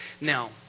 Now